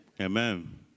amen